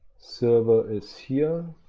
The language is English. server is here,